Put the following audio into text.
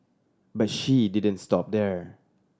but she didn't stop there